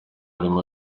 arimo